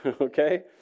okay